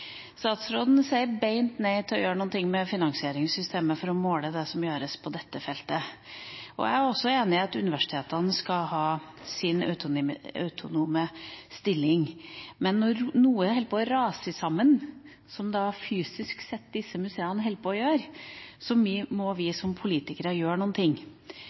Statsråden sier beint nei til å gjøre noe med finansieringssystemet for å måle det som gjøres på dette feltet. Jeg er også enig i at universitetene skal ha sin autonome stilling. Men når noe holder på å rase sammen, som disse museene holder på å gjøre fysisk sett, må vi som politikere gjøre